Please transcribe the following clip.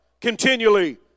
continually